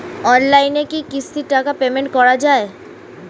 অনলাইনে কি কিস্তির টাকা পেমেন্ট করা যায়?